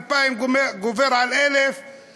1000 גובר על 2000 או 2000 גובר על 1000,